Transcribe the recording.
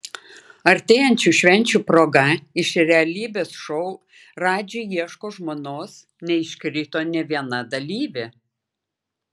artėjančių švenčių proga iš realybės šou radži ieško žmonos neiškrito nė viena dalyvė